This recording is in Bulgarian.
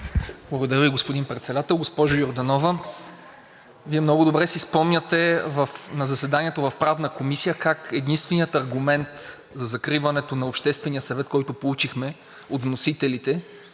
Благодаря Ви, господин Председател. Госпожо Йорданова, Вие много добре си спомняте на заседанието в Правната комисия как единственият аргумент за закриването на Обществения съвет, който получихме от вносителите,